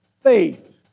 Faith